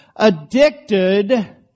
addicted